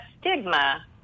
stigma